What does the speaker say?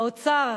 האוצר,